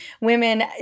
Women